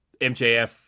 MJF